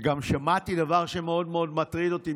גם שמעתי דבר שמאוד מאוד מטריד אותי,